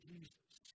Jesus